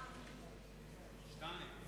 שניים.